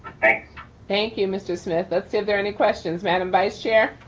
thanks. thank you, mr. smith. let's see if there are any questions. madam vice chair.